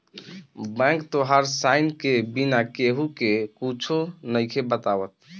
bank तोहार sign के बिना केहु के कुच्छो नइखे बतावत